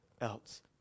else